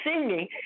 singing